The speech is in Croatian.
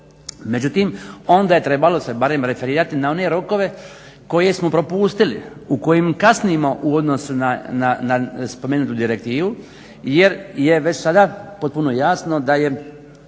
Međutim onda se trebalo barem referirati na one rokove koje smo propustili, u kojima kasnimo u odnosu na spomenutu direktivu jer je već sada potpuno jasno da su